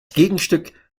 gegenstück